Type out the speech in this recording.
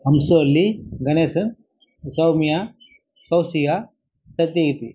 Amsavalli Ganesan Sowmya Kousika Sathyakeerthi